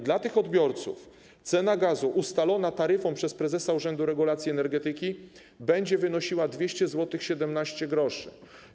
Dla tych odbiorców cena gazu ustalona taryfą przez prezesa Urzędu Regulacji Energetyki będzie wynosiła 200,17 zł.